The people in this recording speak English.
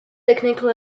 technical